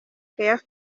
care